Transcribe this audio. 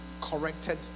corrected